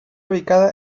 ubicada